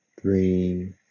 three